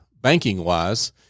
Banking-wise